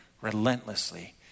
relentlessly